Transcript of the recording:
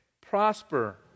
prosper